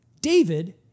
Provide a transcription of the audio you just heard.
David